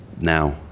now